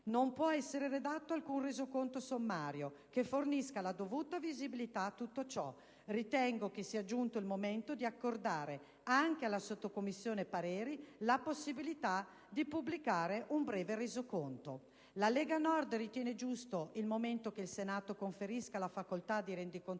non può essere redatto alcun Resoconto sommario che ne fornisca la dovuta visibilità. Ritengo che sia giunto il momento di accordare, anche alla Sottocommissione pareri, la possibilità di pubblicare un breve Resoconto. La Lega Nord ritiene giunto il momento che il Senato conferisca la facoltà di resocontazione